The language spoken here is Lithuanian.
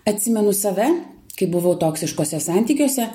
atsimenu save kai buvau toksiškuose santykiuose